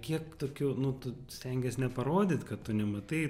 kiek tokių nu tu stengies neparodyt kad tu nematai